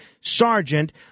sergeant